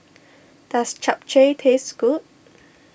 does Chap Chai taste good